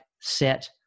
set